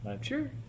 Sure